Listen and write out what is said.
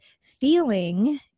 feeling